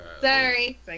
Sorry